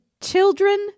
children